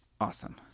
Awesome